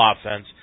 offense